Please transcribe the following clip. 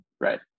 Right